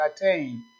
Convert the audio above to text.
attain